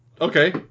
Okay